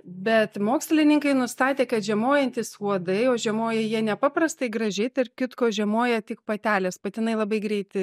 bet mokslininkai nustatė kad žiemojantys uodai o žiemoja jie nepaprastai gražiai tarp kitko žiemoja tik patelės patinai labai greit